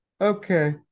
okay